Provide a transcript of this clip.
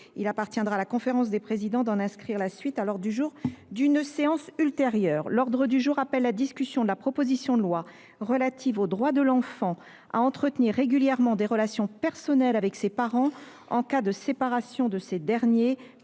il appartiendra à la conférence des présidents d’en inscrire la suite à l’ordre du jour d’une séance ultérieure. L’ordre du jour appelle la discussion, à la demande du groupe Union Centriste, de la proposition de loi relative aux droits de l’enfant à entretenir régulièrement des relations personnelles avec ses parents en cas de séparation de ces derniers, présentée